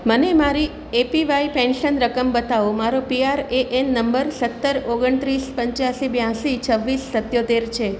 મને મારી APY pension રકમ બતાવો મારો પીઆરએએન નંબર સત્તર ઓગણત્રીસ પંચ્યાસી બ્યાસી છવ્વીસ સીતોતેર છે